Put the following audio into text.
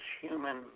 human